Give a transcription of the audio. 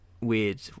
weird